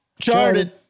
Charted